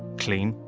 clean,